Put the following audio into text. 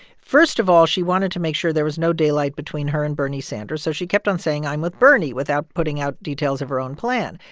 first of all, she wanted to make sure there was no daylight between her and bernie sanders, so she kept on saying, i'm with bernie, without putting out details of her own plan.